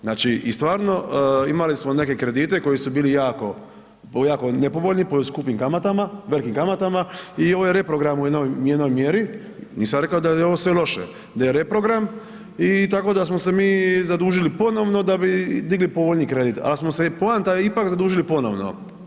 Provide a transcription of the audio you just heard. Znači i stvarno, imali smo neke kredite koji su bili jako, jako nepovoljni po skupim kamatama, velikim kamatama i ovo je reprogramu jednoj mjeri, nisam rekao da je ovo sve loše, da je reprogram i tako da smo se mi zadužili ponovno da bi digli povoljniji kredit, ali smo se i poanta je ipak, zadužili ponovno.